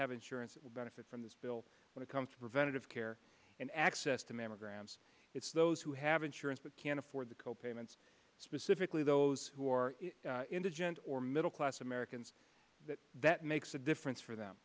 have insurance that will benefit from this bill when it comes to preventative care and access to mammograms it's those who have insurance but can't afford the co payments specifically those who are indigent or middle class americans that makes a difference for them